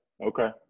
okay